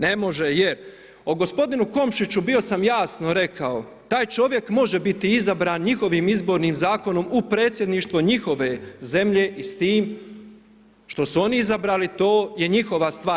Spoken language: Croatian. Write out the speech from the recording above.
Ne može jer o gospodinu Komšiću bio sam jasno rekao, taj čovjek može biti izabran njihovim izbornim zakonom u predsjedništvo njihove zemlje i s time što su oni izabrali to je njihova stvar.